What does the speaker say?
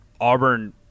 Auburn